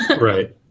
Right